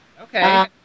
Okay